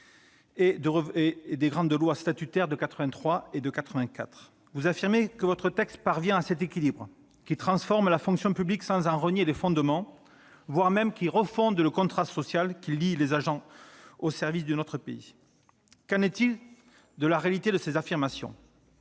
sur les grandes lois statutaires de 1983 et 1984. Vous affirmez que votre projet de loi parvient à cet équilibre, qu'il transforme la fonction publique sans en renier les fondements, voire même qu'il « refonde le contrat social » qui lie les agents au service de notre pays. Qu'en est-il de la réalité de ces dires ?